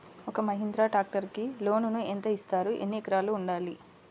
ఒక్క మహీంద్రా ట్రాక్టర్కి లోనును యెంత ఇస్తారు? ఎన్ని ఎకరాలు ఉండాలి?